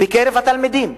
בקרב התלמידים.